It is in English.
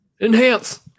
Enhance